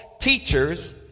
teachers